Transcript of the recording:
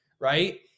Right